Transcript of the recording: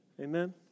Amen